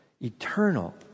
Eternal